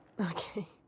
Okay